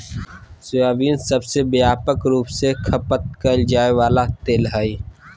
soybean सबसे व्यापक रूप से खपत कइल जा वला तेल हइ